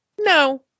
no